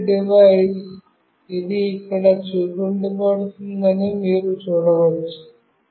pair device ఇది ఇక్కడ చూపబడుతుందని మీరు చూడవచ్చు